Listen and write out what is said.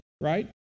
right